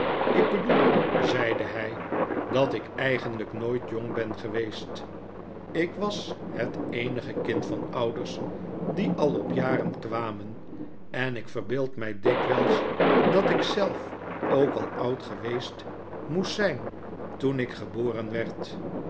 ik bedoel zeide hij dat ik eigenlijk nooit jong ben geweest ik was het eenige kind van ouders die al op jaren kwamen en ik vorbeeld mij dikwyls dat ik zelf ook al oud geweest moest zyn toen ik geboren werd